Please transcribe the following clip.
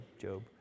Job